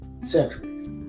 centuries